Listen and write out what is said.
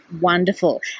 wonderful